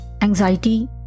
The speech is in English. anxiety